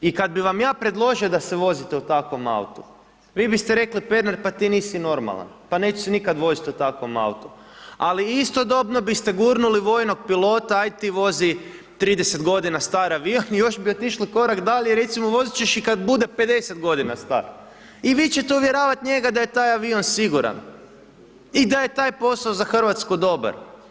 I kad bi vam ja predložio da se vozite u takvom autu, vi biste rekli, Pernar, pa ti nisi normalan, pa neću se nikad voziti u takvom autu, ali istodobno biste gurnuli vojnog pilota, aj ti vozi 30 godina star avion i još bi otišli korak dalje, recimo, vozit ćeš i kad bude 50 godina star i vi ćete uvjeravat njega da je taj avion siguran i da je taj posao za RH dobar.